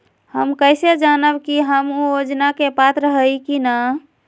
हम कैसे जानब की हम ऊ योजना के पात्र हई की न?